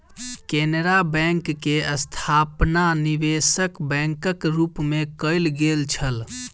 Canara bank के स्थापना निवेशक बैंकक रूप मे कयल गेल छल